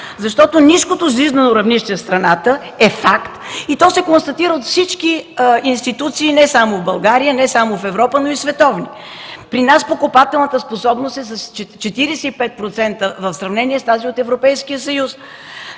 Защото ниското жизнено равнище в страната е факт и то се констатира от всички институции, не само в България и Европа, но и световни. При нас покупателната способност е с 45% по-ниска в сравнение с тази от Европейския съюз.